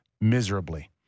miserably